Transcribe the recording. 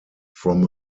from